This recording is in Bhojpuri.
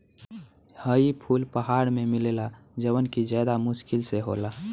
हई फूल पहाड़ में मिलेला जवन कि ज्यदा मुश्किल से होला